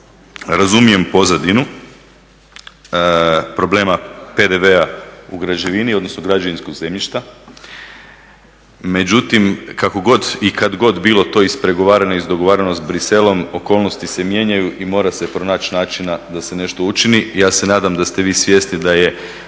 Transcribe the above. razumijem pozadinu problema PDV-a u građevini odnosno građevinskog zemljišta, međutim kakogod i kada god to bilo ispregovarano izdogovarano s Burxellesom okolnosti se mijenjaju i mora se pronaći načina da se nešto učini. Ja se nadam da ste vi svjesni da je